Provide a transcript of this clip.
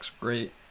great